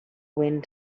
wind